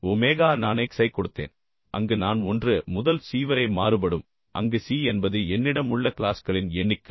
omega நான் X ஐக் கொடுத்தேன் அங்கு நான் 1 முதல் C வரை மாறுபடும் அங்கு C என்பது என்னிடம் உள்ள க்ளாஸ்களின் எண்ணிக்கை